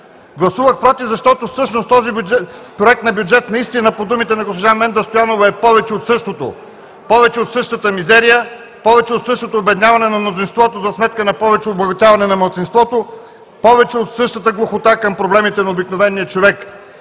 Гласувах „против“, защото всъщност този проект на бюджет наистина по думите на госпожа Менда Стоянова е „повече от същото“ – повече от същата мизерия, повече от същото обедняване на мнозинството за сметка на повече обогатяване на малцинството, повече от същата глухота към проблемите на обикновения човек.